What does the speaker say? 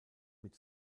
mit